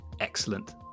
Excellent